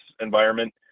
environment